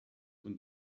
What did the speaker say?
und